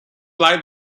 lie